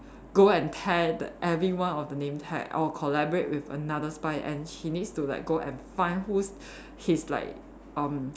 go and tear the everyone of the name tag I will collaborate with another spy and he needs to like go and find whose his like um